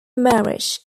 marriage